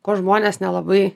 ko žmonės nelabai